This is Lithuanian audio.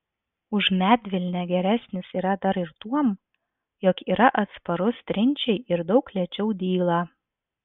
už medvilnę geresnis yra dar ir tuom jog yra atsparus trinčiai ir daug lėčiau dyla